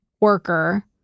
worker